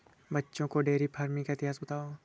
बच्चों को dairy farming का इतिहास बताओ